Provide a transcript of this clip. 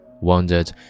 wondered